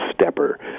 stepper